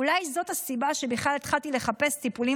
אולי זאת הסיבה שבכלל התחלתי לחפש טיפולים